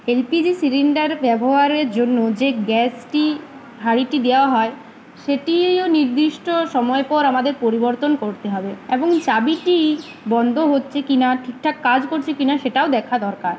LPG cylinder ব্যবহারের জন্য যে গ্যাসটি হাঁড়িটি দেওয়া হয় সেটিও নির্দিষ্ট সময় পর আমাদের পরিবর্তন করতে হবে এবং চাবি টি বন্ধ হচ্ছে কিনা ঠিকঠাক কাজ করছে কি না সেটাও দেখা দরকার